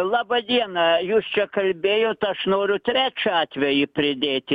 laba diena jūs čia kalbėjot aš noriu trečią atvejį pridėti